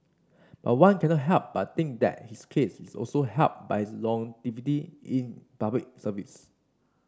but one cannot help but think that his case is also helped by his longevity in Public Service